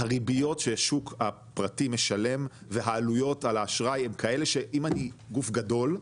הריביות שהשוק הפרטי משלם והעלויות על האשראי הן כאלה שאם אני גוף גדול,